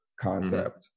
concept